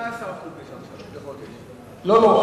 16% לחודש, לא, לא.